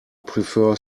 prefer